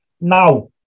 Now